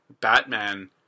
Batman